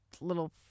little